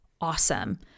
awesome